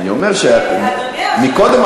אדוני היושב-ראש, סליחה, עכשיו בלי צחוק.